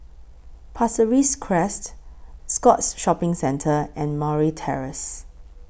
Pasir Ris Crest Scotts Shopping Centre and Murray Terrace